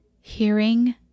hearing